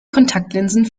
kontaktlinsen